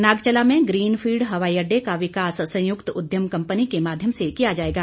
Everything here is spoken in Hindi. नागचला में ग्रीन फील्ड हवाई अड्डे का विकास संयुक्त उद्यम कंपनी के माध्यम से किया जाएगा